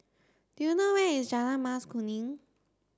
do you know where is Jalan Mas Kuning